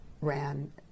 ran